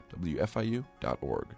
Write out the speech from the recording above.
wfiu.org